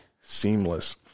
seamless